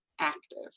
active